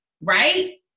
right